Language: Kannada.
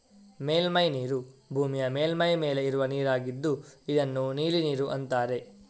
ಮೇಲ್ಮೈ ನೀರು ಭೂಮಿಯ ಮೇಲ್ಮೈ ಮೇಲೆ ಇರುವ ನೀರಾಗಿದ್ದು ಇದನ್ನ ನೀಲಿ ನೀರು ಅಂತಾರೆ